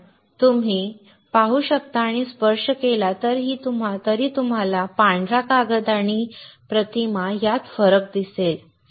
कारण तुम्ही पाहू शकता आणि स्पर्श केला तरी तुम्हाला पांढरा कागद आणि नमुना यात फरक दिसेल